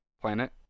planet